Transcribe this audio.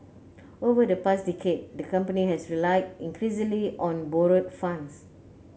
over the past decade the company has relied increasingly on borrowed funds